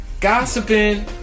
Gossiping